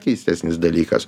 keistesnis dalykas